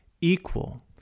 equal